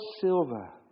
silver